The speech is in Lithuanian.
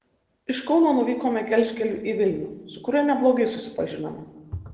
iš kauno nuvykome gelžkeliu į vilnių su kuriuo neblogai susipažinome